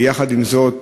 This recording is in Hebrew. יחד עם זאת,